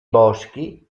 boschi